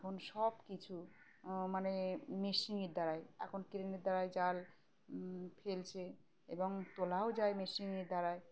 এখন সবকিছু মানে মেশিনের দ্বারাই এখন ক্রেনের দ্বারায় জাল ফেলছে এবং তোলাও যায় মেশিনের দ্বারায়